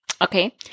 Okay